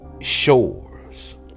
shores